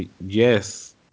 Yes